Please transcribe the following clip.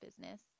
business